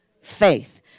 faith